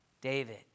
David